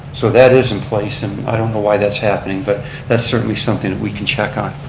so that is in place and i don't know why that's happening, but that's certainly something that we can check on.